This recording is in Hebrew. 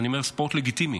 ספורט לגיטימי.